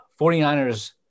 49ers